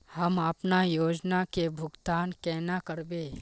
हम अपना योजना के भुगतान केना करबे?